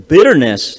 Bitterness